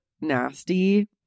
nasty